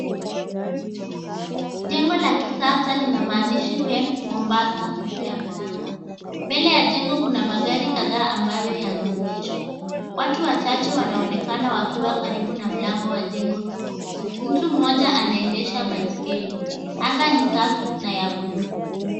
Jengo la kisasa lina maandishi Fem Mombasa juu ya mlango. Mbele ya jengo kuna magari kadhaa ambayo yameegeshwa. Watu wachache wanaonekana wakiwa karibu na mlango wa jengo hili. Mtu mmoja anaendesha baiskeli. Anga ni safi na ya bluu.